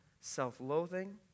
self-loathing